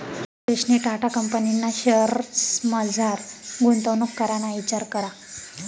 सुरेशनी टाटा कंपनीना शेअर्समझार गुंतवणूक कराना इचार करा